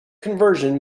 conversion